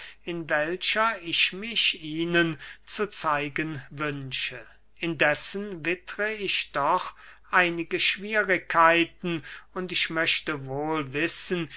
in welcher ich mich ihnen zu zeigen wünsche indessen wittere ich doch einige schwierigkeiten und ich möchte wohl wissen